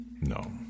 No